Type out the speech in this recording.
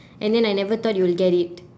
and then I never thought you will get it